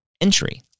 entry